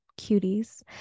cuties